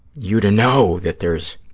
you to know that there's,